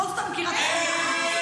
בכל זאת אני מכירה את הסנגוריה,